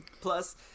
Plus